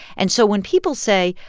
and so when people say,